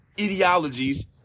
ideologies